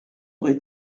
aurait